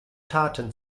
taten